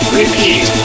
repeat